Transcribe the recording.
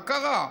מה קרה?